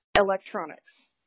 electronics